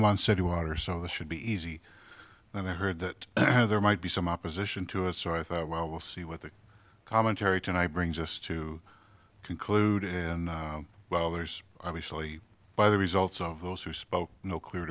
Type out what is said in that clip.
city water so this should be easy and i heard that there might be some opposition to it so i thought well we'll see what the commentary tonight brings us to conclude in well there's obviously by the results of those who spoke no clear